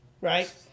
right